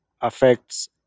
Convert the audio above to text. affects